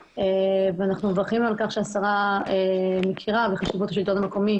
ואנחנו מברכים על כך השרה מכירה בחשיבות השלטון המקומי